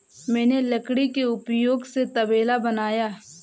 मैंने लकड़ी के उपयोग से तबेला बनाया